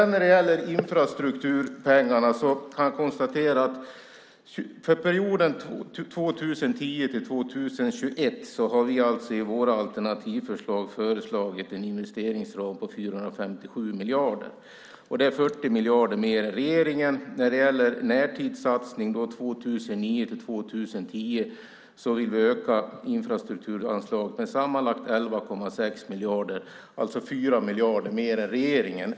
När det gäller infrastrukturpengarna kan jag konstatera att vi för perioden 2010-2021 i våra alternativ har föreslagit en investeringsram på 457 miljarder. Det är 40 miljarder mer än regeringen. När det gäller närtidssatsning 2009-2010 vill vi öka infrastrukturanslaget med sammanlagt 11,6 miljarder, alltså 4 miljarder mer än regeringen.